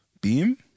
Beam